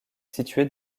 située